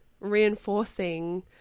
reinforcing